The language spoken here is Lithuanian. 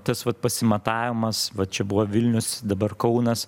tas vat pasimatavimas va čia buvo vilnius dabar kaunas